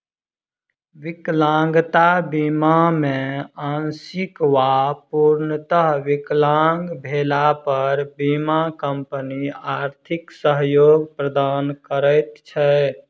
विकलांगता बीमा मे आंशिक वा पूर्णतः विकलांग भेला पर बीमा कम्पनी आर्थिक सहयोग प्रदान करैत छै